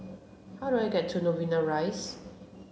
how do I get to Novena Rise